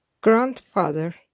Grandfather